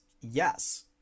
yes